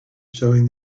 showing